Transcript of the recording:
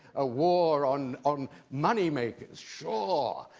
a war on on money-makers, sure. ah